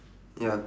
ya